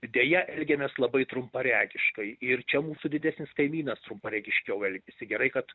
deja elgėmės labai trumparegiškai ir čia mūsų didesnis kaimynas trumparegiškiau elgėsi gerai kad